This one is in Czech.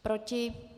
Proti?